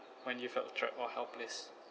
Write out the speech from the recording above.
when you felt trapped or helpless